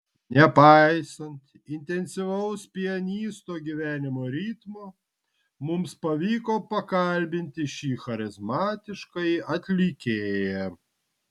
nepaisant intensyvaus pianisto gyvenimo ritmo mums pavyko pakalbinti šį charizmatiškąjį atlikėją